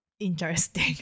interesting